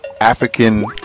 African